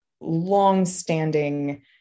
longstanding